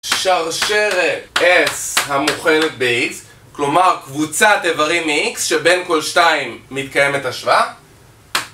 שרשרת S המוכלת ב-X, כלומר קבוצת איברים מ-X שבין כל שתיים מתקיימת השוואה